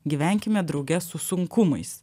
gyvenkime drauge su sunkumais